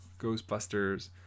Ghostbusters